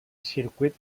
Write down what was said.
circuit